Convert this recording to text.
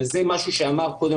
וזה משהו שאמר קודם,